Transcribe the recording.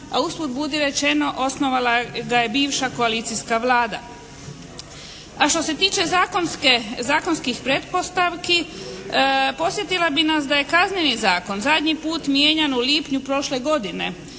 a usput budi rečeno osnovala ga je bivša koalicijska Vlada. A što se tiče zakonskih pretpostavki podsjetila bih nas da je Kazneni zakon zadnji put mijenjan u lipnju prošle godine.